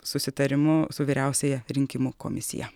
susitarimu su vyriausiąja rinkimų komisija